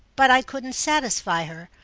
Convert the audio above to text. but i couldn't satisfy her,